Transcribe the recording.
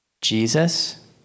Jesus